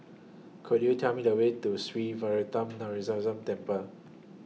Could YOU Tell Me The Way to Sree Veeramuthu Muneeswaran Temple